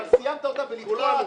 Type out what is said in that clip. אבל סיימת את הקדנציה בלתקוע הטבות,